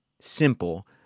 simple